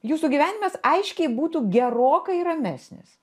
jūsų gyvenimas aiškiai būtų gerokai ramesnis